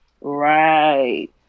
Right